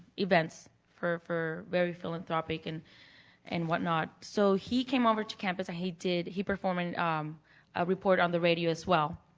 events for for very philanthropic and and whatnot. so he came over to campus and he did he performed a report on the radio as well.